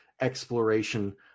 exploration